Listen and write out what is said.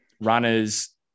runners